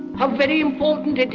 how very important it